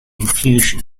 infusion